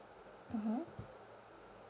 mmhmm